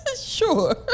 Sure